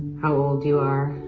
how old you are.